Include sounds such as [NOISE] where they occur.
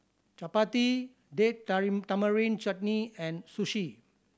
Chapati Date [UNINTELLIGIBLE] Tamarind Chutney and Sushi